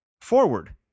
forward